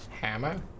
Hammer